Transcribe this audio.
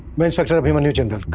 i'm inspector abhimanyu jindal